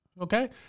Okay